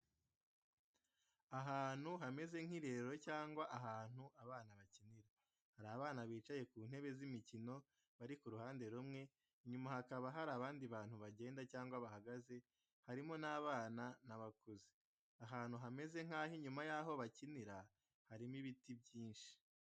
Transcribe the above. Ahantu hameze nk’ikirerero cyangwa ahantu abana bakinira. Hari abana bicaye ku ntebe z’imikino bari ku ruhande rumwe, inyuma hakaba hari abandi bantu bagenda cyangwa bahagaze, harimo n’abana n’abakuze. Ahantu hameze nk’ah’inyuma y’aho bakinira harimo ibiti byinshi.